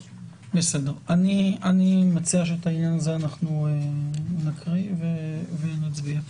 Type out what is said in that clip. אני מציע שנקרא את העניין הזה ונצביע עליו.